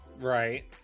Right